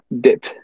dip